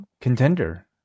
contender